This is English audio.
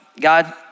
God